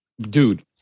dude